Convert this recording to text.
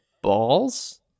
balls